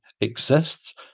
exists